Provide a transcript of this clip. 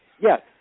Yes